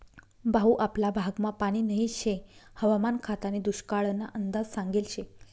भाऊ आपला भागमा पानी नही शे हवामान खातानी दुष्काळना अंदाज सांगेल शे